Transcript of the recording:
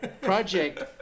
Project